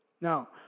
Now